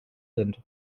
sind